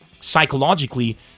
psychologically